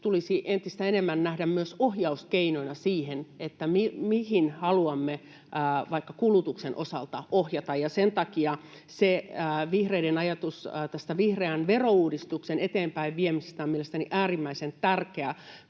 tulisi entistä enemmän nähdä myös ohjauskeinona siihen, mihin haluamme vaikka kulutuksen osalta ohjata. Sen takia vihreiden ajatus tästä vihreän verouudistuksen eteenpäinviemisestä on mielestäni äärimmäisen tärkeä.